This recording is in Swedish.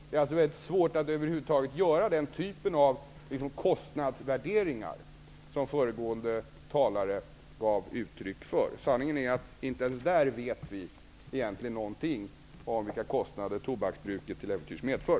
Det är alltså väldigt svårt att över huvud taget göra den typ av kostnadsvärderingar som föregående talare gav uttryck för. Sanningen är att vi inte ens när det gäller detta egentligen vet någonting om vilka kostnader tobaksbruket till äventyrs medför.